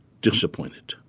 disappointed